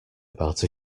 about